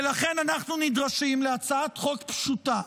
ולכן אנחנו נדרשים להצעת חוק פשוטה,